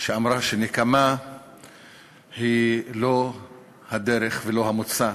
שאמרה שנקמה היא לא הדרך ולא המוצא.